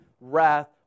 wrath